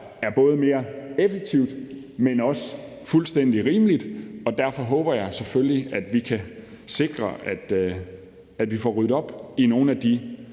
jeg både er mere effektivt, men også fuldstændig rimeligt, og derfor håber jeg selvfølgelig, at vi kan sikre, at vi får ryddet op i nogle af de